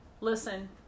listen